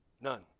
None